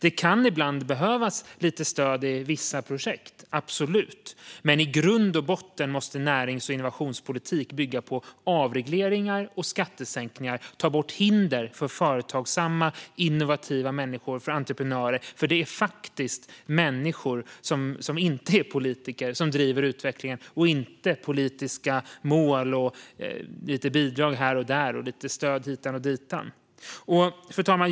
Det kan ibland behövas lite stöd i vissa projekt - absolut. Men i grund och botten måste närings och innovationspolitik bygga på avregleringar och skattesänkningar och på att hinder tas bort för företagsamma och innovativa människor, för entreprenörer. Det är faktiskt människor som inte är politiker som driver utvecklingen och inte politiska mål och lite bidrag här och där och lite stöd hit och dit. Fru talman!